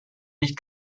nicht